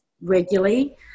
regularly